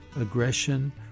aggression